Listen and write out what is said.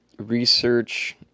research